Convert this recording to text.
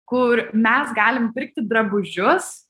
kur mes galim pirkti drabužius